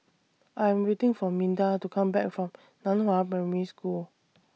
I Am waiting For Minda to Come Back from NAN Hua Primary School